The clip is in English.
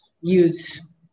use